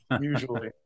Usually